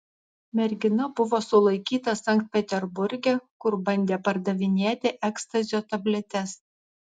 mergina buvo sulaikyta sankt peterburge kur bandė pardavinėti ekstazio tabletes